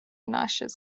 noxious